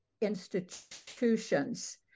institutions